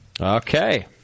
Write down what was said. Okay